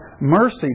mercy